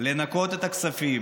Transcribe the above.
לנכות את הכספים